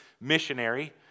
missionary